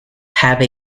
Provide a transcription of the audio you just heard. have